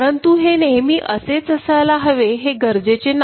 परंतु हे नेहमी असेच असायला हवे हे गरजेचे नाही